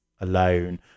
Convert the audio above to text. alone